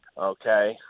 okay